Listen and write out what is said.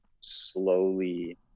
slowly